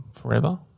forever